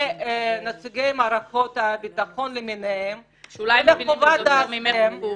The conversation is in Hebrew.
לנציגי מערכות הביטחון למיניהם --- שאולי מבינים יותר טוב ממך ומפורר.